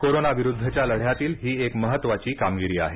corona विरुद्धच्या लद्यातील ही एक महत्वाची कामगिरी आहे